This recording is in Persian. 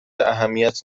اهمیت